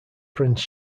prince